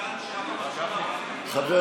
חבר